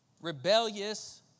rebellious